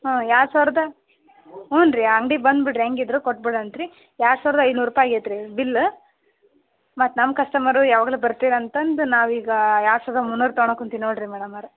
ಹಾಂ ಎರ್ಡು ಸಾವಿರದ ಹ್ಞೂ ರೀ ಅಂಗ್ಡಿಗೆ ಬಂದು ಬಿಡ್ರಿ ಹೆಂಗಿದ್ರು ಕೊಟ್ಟು ಬಿಡೋಣ್ರಿ ಎರ್ಡು ಸಾವಿರದ ಐನೂರು ರೂಪಾಯಿ ಆಗೈತ್ರಿ ಬಿಲ್ ಮತ್ತು ನಮ್ಮ ಕಸ್ಟಮರು ಯಾವಾಗಲೂ ಬರ್ತೀರ ಅಂತಂದು ನಾವು ಈಗ ಎರ್ಡು ಸಾವಿರದ ಮುನ್ನೂರು ತಗೊಳ್ಳೊಕೊಂತಿನಿ ನೊಡ್ರಿ ಮೇಡಮ್ ಅವರೆ